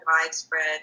widespread